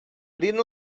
prin